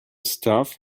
stuff